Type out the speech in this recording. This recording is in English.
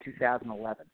2011